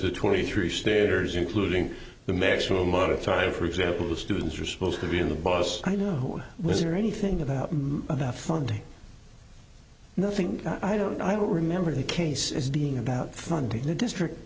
the twenty three staters including the maximum amount of time for example the students are supposed to be in the bus i know who was there anything about about funding nothing i don't i don't remember the case as being about funding the district